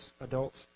adults